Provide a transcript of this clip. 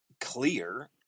clear